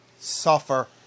suffer